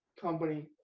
company